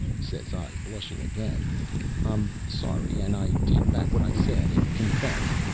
says i, blushing again i'm sorry, and i take back what i said, and confess.